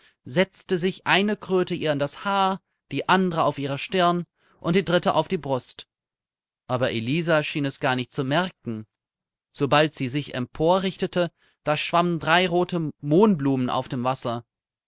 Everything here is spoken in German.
setzte sich eine kröte ihr in das haar die andere auf ihre stirn und die dritte auf die brust aber elisa schien es gar nicht zu merken sobald sie ich emporrichtete da schwammen drei rote mohnblumen auf dem wasser